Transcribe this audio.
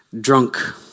drunk